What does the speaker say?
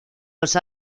los